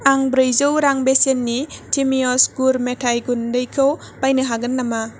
आं ब्रैजौ रां बेसेननि टिमिय'स गुर मेथाइ गुन्दैखौ बायनो हागोन नामा